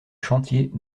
chantiers